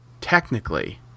technically